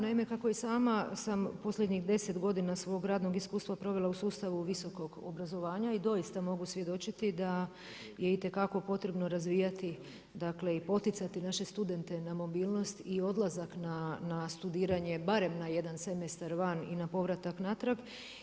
Naime, kako i sama sam posljednjih deset godina svog radnog iskustva provela u sustavu visokog obrazovanja i doista mogu svjedočiti da je itekako potrebno razvijati, dakle i poticati naše studente na mobilnost i odlazak na studiranje barem na jedan semestar van i na povratak natrag.